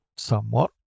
somewhat